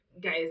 guys